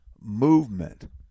Movement